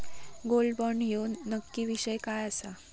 Gold bond ह्यो नक्की विषय काय आसा?